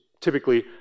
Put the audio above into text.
typically